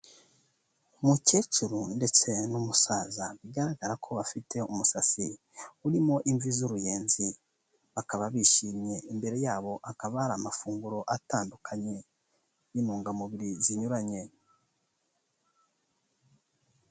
Umukecuru ndetse n'umusaza bigaragara ko bafite umusatsi urimo imvi z'uruyenzi, bakaba bishimye, imbere yabo hakaba hari amafunguro atandukanye y'intungamubiri zinyuranye.